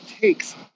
takes